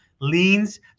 leans